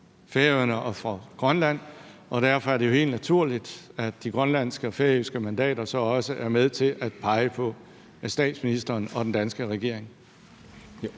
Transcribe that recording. og Grønland? Og derfor er det jo helt naturligt, at de grønlandske og færøske mandater så også er med til at pege på statsministeren og den danske regering.